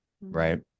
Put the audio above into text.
Right